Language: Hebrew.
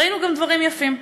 ראינו גם דברים יפים: